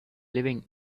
living